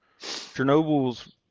chernobyl's